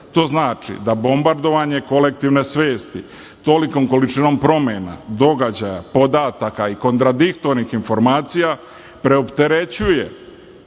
To znači da bombardovanje kolektivne svesti tolikom količinom promena, događaja, podataka i kontradiktornih informacija preopterećuje